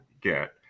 get